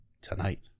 tonight